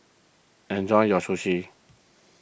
enjoy your Sushi